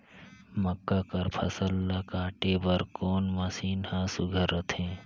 मक्का कर फसल ला काटे बर कोन मशीन ह सुघ्घर रथे?